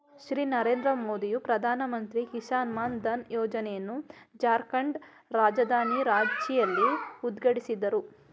ಶ್ರೀ ನರೇಂದ್ರ ಮೋದಿಯು ಪ್ರಧಾನಮಂತ್ರಿ ಕಿಸಾನ್ ಮಾನ್ ಧನ್ ಯೋಜನೆಯನ್ನು ಜಾರ್ಖಂಡ್ ರಾಜಧಾನಿ ರಾಂಚಿಯಲ್ಲಿ ಉದ್ಘಾಟಿಸಿದರು